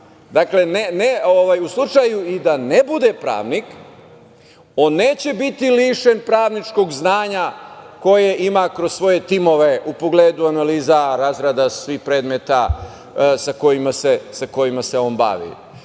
Dakle, u slučaju i da ne bude pravnik, on neće biti lišen pravničkog znanja koje ima kroz svoje timove u pogledu analiza, razrada svih predmeta sa kojima se on bavi.